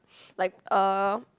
like uh